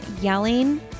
yelling